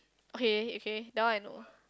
okay okay that one I know